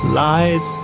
lies